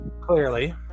Clearly